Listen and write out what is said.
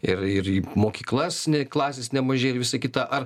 ir ir į mokyklas ne klasės nemažėja ir visa kita ar